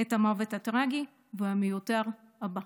את המוות הטרגי והמיותר הבא.